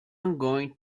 going